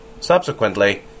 Subsequently